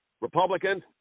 Republicans